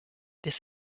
this